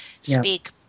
speak